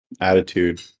attitude